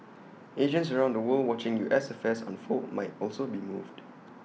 Asians around the world watching U S affairs unfold might also be moved